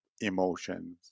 emotions